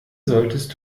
solltest